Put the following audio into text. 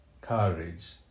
courage